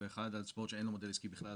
ואחד על ספורט שאין לו מודל עסקי בכלל.